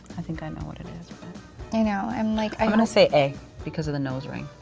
i think i know what it is. i know, i'm like i'm gonna say a because of the nose ring.